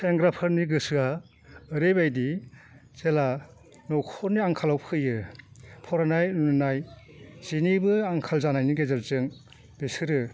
सेंग्राफोरनि गोसोआ ओरैबायदि जेब्ला नख'रनि आंखालाव फैयो फरायनाय लुनाय जेनिबो आंखाल जानायनि गेजेरजों बिसोरो